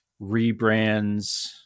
rebrands